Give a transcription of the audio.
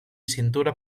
cintura